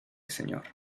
señor